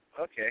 okay